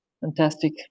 Fantastic